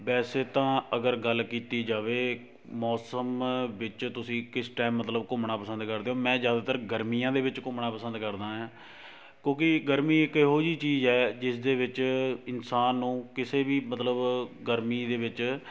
ਵੈਸੇ ਤਾਂ ਅਗਰ ਗੱਲ ਕੀਤੀ ਜਾਵੇ ਮੌਸਮ ਵਿੱਚ ਤੁਸੀਂ ਕਿਸ ਟਾਈਮ ਮਤਲਬ ਘੁੰਮਣਾ ਪਸੰਦ ਕਰਦੇ ਹੋ ਮੈਂ ਜ਼ਿਆਦਾਤਰ ਗਰਮੀਆਂ ਦੇ ਵਿੱਚ ਘੁੰਮਣਾ ਪਸੰਦ ਕਰਦਾ ਏ ਹਾਂ ਕਿਉਂਕਿ ਗਰਮੀ ਇੱਕ ਇਹੋ ਜਿਹੀ ਚੀਜ਼ ਹੈ ਜਿਸ ਦੇ ਵਿੱਚ ਇਨਸਾਨ ਨੂੰ ਕਿਸੇ ਵੀ ਮਤਲਬ ਗਰਮੀ ਦੇ ਵਿੱਚ